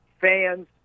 fans